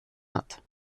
hat